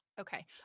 Okay